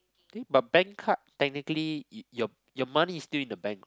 eh but bank card technically your your money is still in the bank